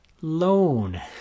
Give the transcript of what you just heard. loan